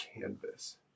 canvas